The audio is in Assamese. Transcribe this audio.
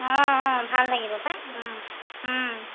অঁ অঁ ভাল লাগিব পাই